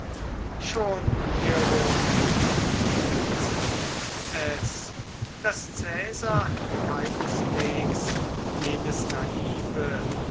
schon hierin übrigens liegt es daß caesar keineswegs jenes naive